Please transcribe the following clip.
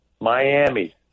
Miami